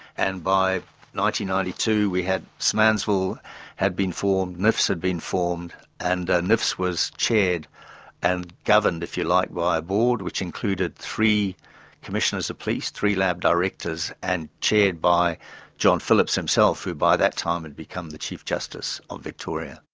and ninety ninety two we had smanzfl had been formed, nifs had been formed and nifs was chaired and governed, if you like, by a board, which included three commissioners of police, three lab directors and chaired by john phillips himself, who by that time had become the chief justice of victoria.